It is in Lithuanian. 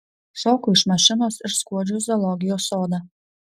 šoku iš mašinos ir skuodžiu į zoologijos sodą